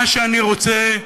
מה שאני רוצה,